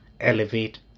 Elevate